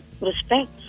Respect